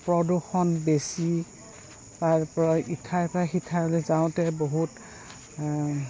প্ৰদূষণ বেছি তাৰপৰা ইঠাইৰপৰা সিঠাইলৈ যাওঁতে বহুত